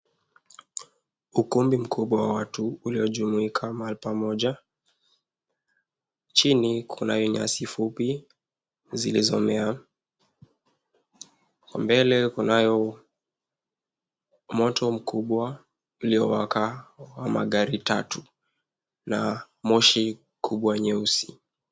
Ukumbi mkubwa wa watu uliojumuika mahali pamoja, chini kunayo nyasi fupi zilizomea. Kwa mbele kunayo moto mkubwa uliowaka wa magari tatu la moshi kubwa nyeusi.